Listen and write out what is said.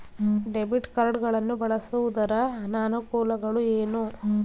Debit card ಗಳನ್ನು ಬಳಸುವುದರ ಅನಾನುಕೂಲಗಳು ಏನು?